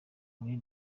muri